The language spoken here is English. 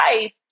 life